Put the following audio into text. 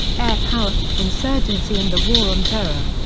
air power, insurgency and the war on terror.